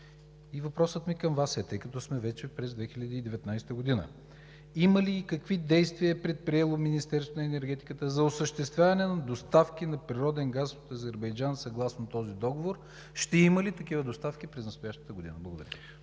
Въпросът ми към Вас е: тъй като сме вече 2019 г., има ли и какви действия е предприело Министерството на енергетиката за осъществяване на доставки на природен газ от Азербайджан съгласно този договор? Ще има ли такива доставки през настоящата година? Благодаря.